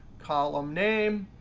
column name,